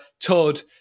todd